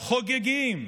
חוגגים,